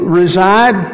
reside